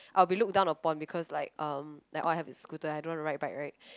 I will be looked down upon because like um they all have a scooter and I don't know how to ride a bike right